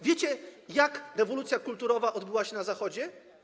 Wiecie, jak rewolucja kulturowa odbyła się na Zachodzie?